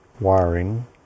wiring